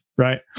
Right